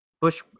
Bush